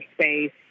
space